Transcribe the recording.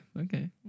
okay